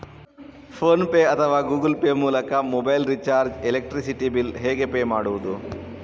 Phone pay ಅಥವಾ Google Pay ಮೂಲಕ mobile recharge, electricity bill ಹೇಗೆ ಪೇ ಮಾಡುವುದು?